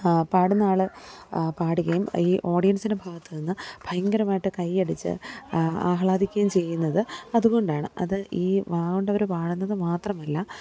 പാടുന്ന ആൾ പാടുകയും ഈ ഓഡ്യൻസിന്റെ ഭാഗത്ത് നിന്ന് ഭയങ്കരമായിട്ട് കയ്യടിച്ച് ആഹ്ളാദിക്കുകയും ചെയ്യുന്നത് അതുകൊണ്ടാണ് അത് ഈ വായ കൊണ്ടവർ പാടുന്നത് മാത്രമല്ല